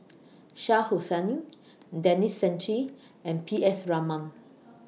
Shah Hussain Denis Santry and P S Raman